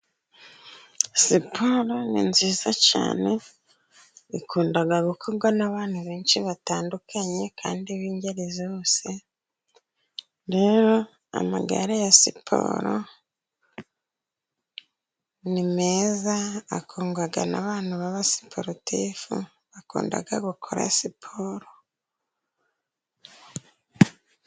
Siporo ni nziza cyane ikunda gukorwa n'abantudi benshi batandukanye kandi b'ingerezi zose. Rero amagarare ya siporo ni meza, akundwa n' abantu b' abasiporutifu, bakunda gukora siporo.